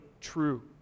true